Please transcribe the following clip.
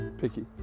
picky